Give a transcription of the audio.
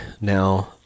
Now